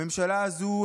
הממשלה הזאת,